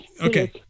Okay